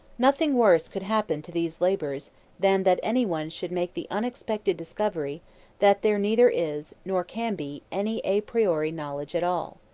nothing worse could happen to these labours than that anyone should make the unexpected discovery that there neither is, nor can be, any a priori knowledge at all.